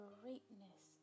greatness